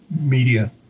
media